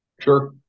Sure